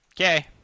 Okay